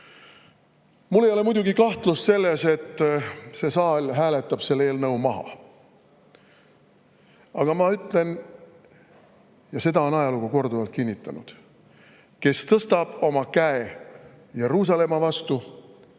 Mul ei ole muidugi kahtlust selles, et see saal hääletab selle eelnõu maha. Aga ma ütlen – ja seda on ajalugu korduvalt kinnitanud –, kes tõstab oma käe Jeruusalemma vastu,